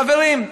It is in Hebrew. חברים,